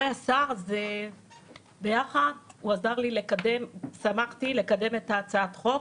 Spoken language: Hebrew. הוא היה שר והוא עזר לי לקדם את הצעת החוק.